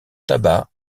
tabac